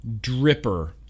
dripper